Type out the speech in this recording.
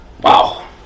Wow